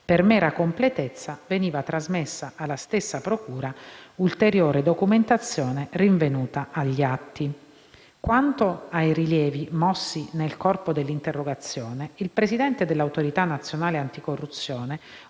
per mera completezza, veniva trasmessa alla stessa procura ulteriore documentazione rinvenuta agli atti. Quanto ai rilievi mossi nel corpo dell’interrogazione, il presidente dell’Autorità nazionale anticorruzione